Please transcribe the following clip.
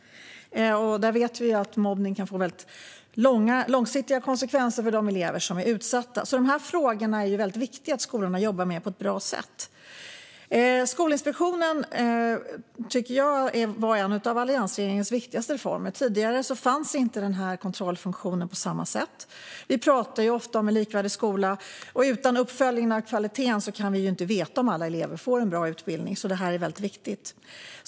Vi vet att mobbning kan få väldigt långsiktiga konsekvenser för de elever som är utsatta. De här frågorna är det alltså väldigt viktigt att skolorna jobbar med på ett bra sätt. Införandet av Skolinspektionen tycker jag var en av alliansregeringens viktigaste reformer. Tidigare fanns inte den här kontrollfunktionen på samma sätt. Vi pratar ofta om en likvärdig skola, och utan uppföljning av kvaliteten kan vi inte veta om alla elever får en bra utbildning. Det här är alltså väldigt viktigt.